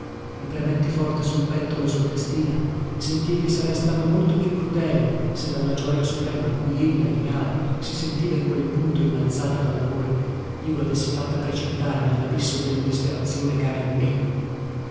i premetti forte sul petto la sua testina e sentii che sarei stato molto più crudele se dalla gioja suprema a cui ella ignara si sentiva in quel punto inalzata dallamore io lavessi fatta precipitare nellabisso della disperazione chera in me